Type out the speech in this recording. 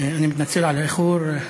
אני מתנצל על האיחור,